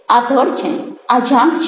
આ ધડ છે આ જાંઘ છે